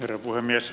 herra puhemies